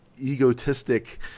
egotistic